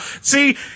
See